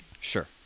sure